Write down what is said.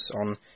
on